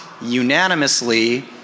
unanimously